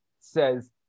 Says